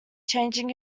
changing